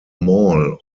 mall